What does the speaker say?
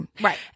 Right